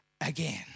again